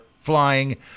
flying